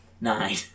Nine